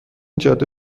جاده